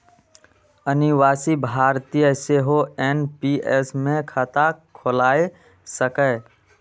अनिवासी भारतीय सेहो एन.पी.एस मे खाता खोलाए सकैए